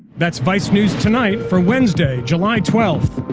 that's vice news tonight for wednesday, july twelfth.